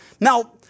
Now